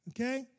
Okay